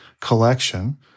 collection